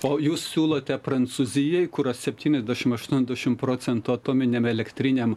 o jūs siūlote prancūzijai kurios septyniasdešimt aštuoniasdešimt procentų atominiame elektriniam